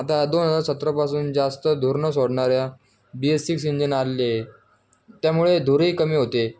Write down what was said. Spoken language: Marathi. आता दोन हजार सतरापासून जास्त धूर नं सोडणाऱ्या बी एस सिक्स इंजिन आलेले आहे त्यामुळे धूरही कमी होते